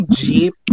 jeep